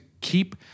keep